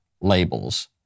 labels